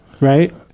right